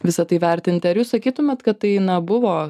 visa tai vertinti ar jūs sakytumėt kad tai na buvo